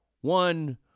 one